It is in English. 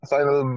Final